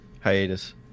hiatus